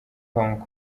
hong